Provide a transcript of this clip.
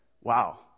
wow